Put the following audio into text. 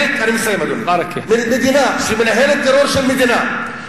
מדינה שמנהלת טרור של מדינה,